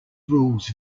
rules